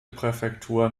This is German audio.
präfektur